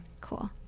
cool